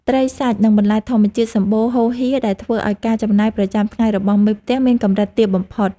ត្រីសាច់ និងបន្លែធម្មជាតិសម្បូរហូរហៀរដែលធ្វើឱ្យការចំណាយប្រចាំថ្ងៃរបស់មេផ្ទះមានកម្រិតទាបបំផុត។